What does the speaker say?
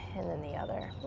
and then the other.